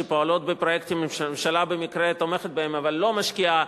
שפועלות בפרויקטים שהממשלה במקרה תומכת בהם אבל לא משקיעה,